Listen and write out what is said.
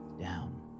down